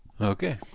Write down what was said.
Okay